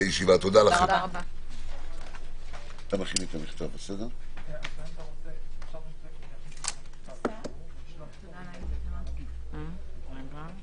הישיבה ננעלה בשעה 13:11.